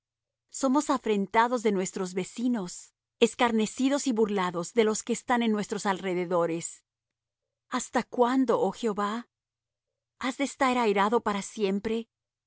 somos afrentados de nuestros vecinos escarnecidos y burlados de los que están en nuestros alrededores hasta cuándo oh jehová has de estar airado para siempre